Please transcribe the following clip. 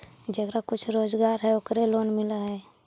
जेकरा कुछ रोजगार है ओकरे लोन मिल है?